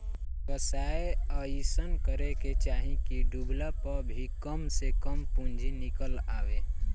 व्यवसाय अइसन करे के चाही की डूबला पअ भी कम से कम पूंजी निकल आवे